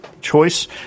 choice